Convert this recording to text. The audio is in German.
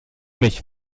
mich